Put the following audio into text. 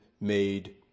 made